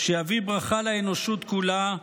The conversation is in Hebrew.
שיביא ברכה לאנושות כולה,